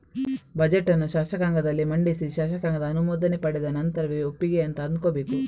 budget ಅನ್ನು ಶಾಸಕಾಂಗದಲ್ಲಿ ಮಂಡಿಸಿ ಶಾಸಕಾಂಗದ ಅನುಮೋದನೆ ಪಡೆದ ನಂತರವೇ ಒಪ್ಪಿಗೆ ಅಂತ ಅಂದ್ಕೋಬೇಕು